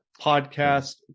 podcast